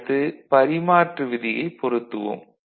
அடுத்து பரிமாற்று விதியைப் பொருத்துவோம்